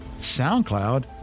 SoundCloud